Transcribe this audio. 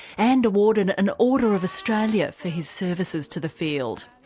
and awarded an order of australia for his services to the field.